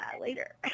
later